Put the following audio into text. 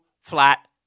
flat